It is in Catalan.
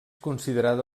considerada